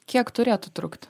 kiek turėtų trukti